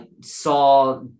saw